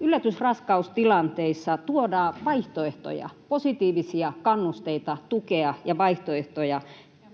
yllätysraskaustilanteissa tuodaan vaihtoehtoja, positiivisia kannusteita tukea ja vaihtoehtoja